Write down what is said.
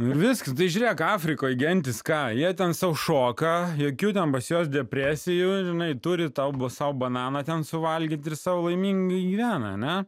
visas tai žiūrėk afrikoj gentys ką jie ten sau šoka jokių ten pas juos depresijų žinai turi tą sau bananą ten suvalgyt ir sau laimingai gyvename